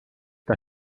das